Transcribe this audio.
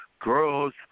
girls